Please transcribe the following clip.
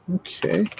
okay